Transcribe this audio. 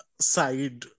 Side